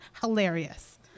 Hilarious